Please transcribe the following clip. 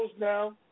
now